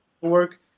work